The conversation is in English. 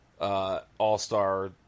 all-star